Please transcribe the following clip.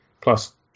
Plus